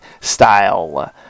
style